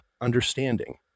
understanding